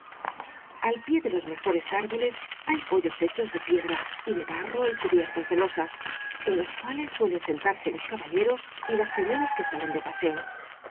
al pie de los mejores árboles hay poyos hechos de piedra y de barro y cubiertos de losas en los cua les suelen sentarse los caballeros y las señoras que salen de paseo